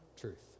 truth